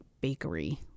bakery